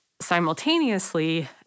simultaneously